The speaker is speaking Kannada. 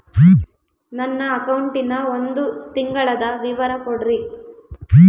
ನನ್ನ ಅಕೌಂಟಿನ ಒಂದು ತಿಂಗಳದ ವಿವರ ಕೊಡ್ರಿ?